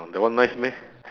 that one nice meh